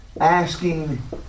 asking